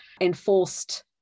enforced